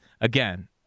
again